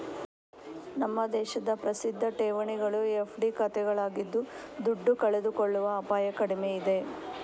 ನಮ್ಮ ದೇಶದ ಪ್ರಸಿದ್ಧ ಠೇವಣಿಗಳು ಎಫ್.ಡಿ ಖಾತೆಗಳಾಗಿದ್ದು ದುಡ್ಡು ಕಳೆದುಕೊಳ್ಳುವ ಅಪಾಯ ಕಡಿಮೆ ಇದೆ